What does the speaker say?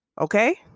Okay